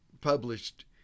published